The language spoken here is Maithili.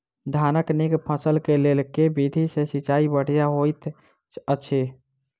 धानक नीक फसल केँ लेल केँ विधि सँ सिंचाई बढ़िया होइत अछि?